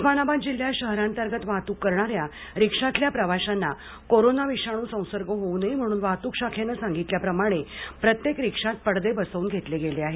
उस्मानाबाद जिल्ह्यात शहरांतर्गत वाहतूक करणाऱ्या रिक्षातील प्रवाशांना कोरोना विषाणू संसर्ग होऊ नये म्हणून वाहतूक शाखेने सांगितल्याप्रमाणे प्रत्येक रिक्षामध्ये पडदे बसवून घेतले गेले आहेत